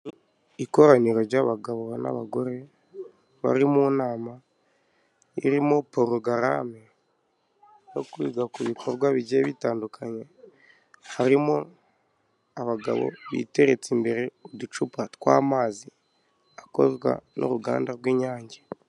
Ikoraniro ry'abagabo n'abagore bari mu nama irimo porogaramu yo kwiga ku bikorwa bigiye bitandukanye, harimo abagabo biteretse imbere uducupa tw'amazi akozwa n'uruganda rw'Inyange.